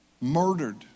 murdered